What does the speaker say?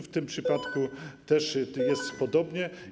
W tym przypadku jest podobnie.